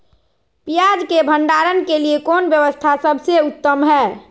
पियाज़ के भंडारण के लिए कौन व्यवस्था सबसे उत्तम है?